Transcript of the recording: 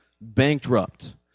Bankrupt